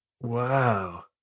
Wow